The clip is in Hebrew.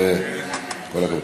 וכל הכבוד.